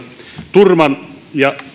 turman ja